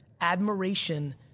Admiration